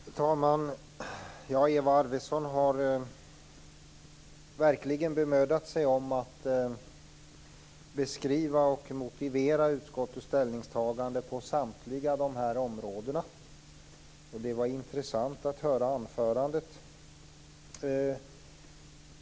Herr talman! Eva Arvidsson har verkligen bemödat sig om att beskriva och motivera utskottets ställningstagande på samtliga områden. Det var intressant att höra anförandet.